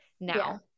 Now